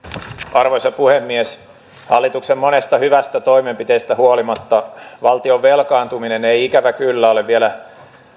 arvoisa puhemies hallituksen monesta hyvästä toimenpiteestä huolimatta valtion velkaantuminen ei ikävä kyllä ole vielä